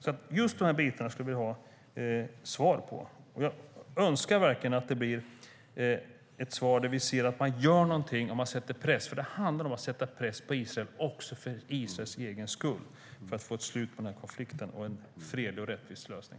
Jag skulle vilja ha svar på de här bitarna, och jag önskar verkligen att det blir ett svar där vi ser att man gör någonting och sätter press. Det handlar om att sätta press på Israel också för Israels egen skull för att få ett slut på konflikten och nå en fredlig och rättvis lösning.